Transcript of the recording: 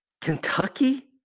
Kentucky